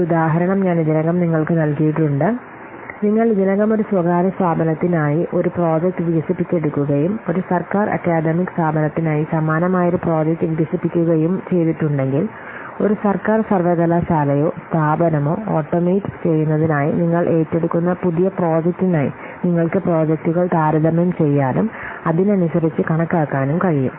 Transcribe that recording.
ഒരു ഉദാഹരണം ഞാൻ ഇതിനകം നിങ്ങൾക്ക് നൽകിയിട്ടുണ്ട് നിങ്ങൾ ഇതിനകം ഒരു സ്വകാര്യ സ്ഥാപനത്തിനായി ഒരു പ്രോജക്റ്റ് വികസിപ്പിച്ചെടുക്കുകയും ഒരു സർക്കാർ അക്കാദമിക് സ്ഥാപനത്തിനായി സമാനമായ ഒരു പ്രോജക്റ്റ് വികസിപ്പിക്കുകയും ചെയ്തിട്ടുണ്ടെങ്കിൽ ഒരു സർക്കാർ സർവ്വകലാശാലയോ സ്ഥാപനമോ ഓട്ടോമേറ്റ് ചെയ്യുന്നതിനായി നിങ്ങൾ ഏറ്റെടുക്കുന്ന പുതിയ പ്രോജക്റ്റിനായി നിങ്ങൾക്ക് പ്രോജക്റ്റുകൾ താരതമ്യം ചെയ്യാനും അതിനനുസരിച്ച് കണക്കാക്കാനും കഴിയും